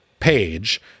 Page